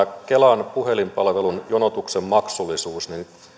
kelan puhelinpalvelun jonotuksen maksullisuus